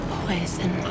poison